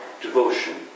devotion